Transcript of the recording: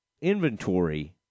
inventory